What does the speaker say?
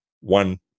one